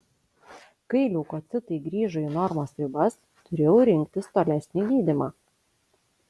kai leukocitai grįžo į normos ribas turėjau rinktis tolesnį gydymą